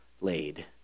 laid